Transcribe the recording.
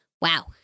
wow